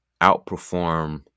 outperform